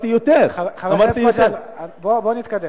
אמרתי "יותר" חבר הכנסת מג'אדלה, בוא נתקדם.